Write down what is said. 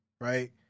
right